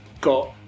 got